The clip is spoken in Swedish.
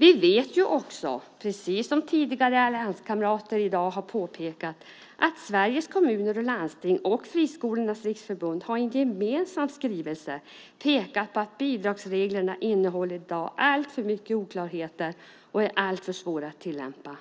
Vi vet ju också, precis som allianskamrater tidigare i dag har påpekat, att Sveriges Kommuner och Landsting och Friskolornas riksförbund i en gemensam skrivelse har pekat på att bidragsreglerna i dag innehåller alltför många oklarheter och är alltför svåra att tillämpa.